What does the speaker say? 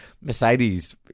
Mercedes